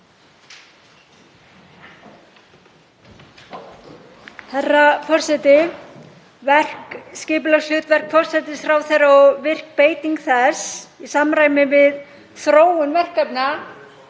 Herra forseti. Skipulagshlutverk forsætisráðherra og virk beiting þess í samræmi við þróun verkefna,